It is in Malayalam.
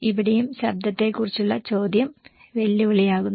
ഇവിടെയും ശബ്ദത്തെക്കുറിച്ചുള്ള ചോദ്യo വെല്ലുവിളിയാകുന്നു